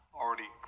already